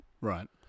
Right